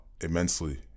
immensely